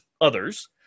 others